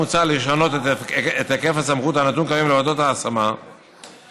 מוצע לשנות את היקף הסמכות הנתון כיום לוועדות ההשמה ולקבוע